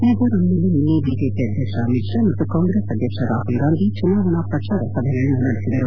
ಮೀಜೋರಾಂನಲ್ಲಿ ನಿನ್ನೆ ಬಿಜೆಪಿ ಅಧ್ಯಕ್ಷ ಅಮಿತ್ ಷಾ ಮತ್ತು ಕಾಂಗ್ರೆಸ್ ಅಧ್ಯಕ್ಷ ರಾಹುಲ್ಗಾಂಧಿ ಚುನಾವಣಾ ಪ್ರಚಾರ ಸಭೆಗಳನ್ನು ನಡೆಸಿದರು